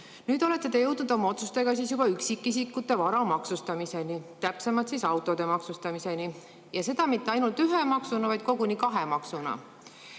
olete te jõudnud oma otsustega juba üksikisiku vara maksustamiseni, täpsemalt auto maksustamiseni, ja seda mitte ainult ühe maksuna, vaid koguni kahe maksuna.